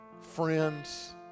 friends